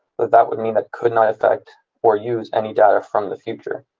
but that would mean that could not effect or use any data from the filter,